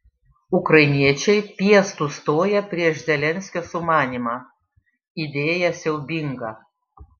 ukrainiečiai piestu stoja prieš zelenskio sumanymą idėja siaubinga